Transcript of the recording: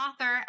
author